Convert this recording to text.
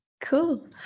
Cool